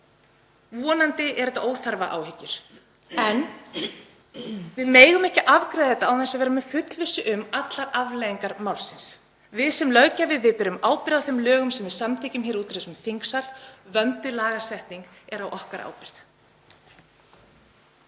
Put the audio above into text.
Vonandi eru þetta óþarfaáhyggjur en við megum ekki afgreiða málið án þess að vera fullviss um allar afleiðingar þess. Við sem löggjafi berum ábyrgð á þeim lögum sem við samþykkjum hér út úr þessum þingsal. Vönduð lagasetning er á okkar ábyrgð.